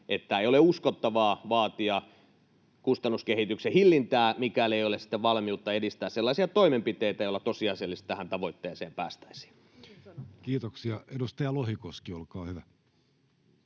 että ei ole uskottavaa vaatia kustannuskehityksen hillintää, mikäli ei ole sitten valmiutta edistää sellaisia toimenpiteitä, joilla tosiasiallisesti tähän tavoitteeseen päästäisiin. [Speech 7] Speaker: Jussi Halla-aho